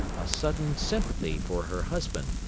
a sudden sympathy for her husband,